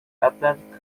atlantic